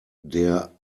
der